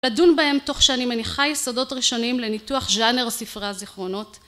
לדון בהם תוך שאני מניחה יסודות ראשוניים לניתוח ז'אנר ספרי הזיכרונות